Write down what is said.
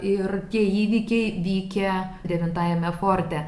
ir tie įvykiai vykę devintajame forte